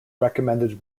recommended